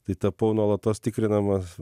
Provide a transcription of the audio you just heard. tai tapau nuolatos tikrinamas